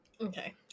okay